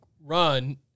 run